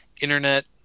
internet